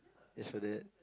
just for that